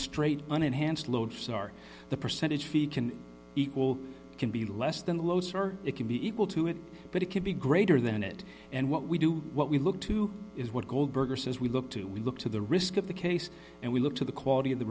straight unenhanced lodestar the percentage feet can equal can be less than los or it can be equal to it but it can be greater than it and what we do what we look to is what goldberger says we look to we look to the risk of the case and we look to the quality of the